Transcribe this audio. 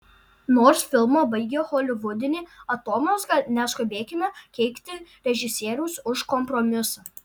nors filmą baigia holivudinė atomazga neskubėkime keikti režisieriaus už kompromisą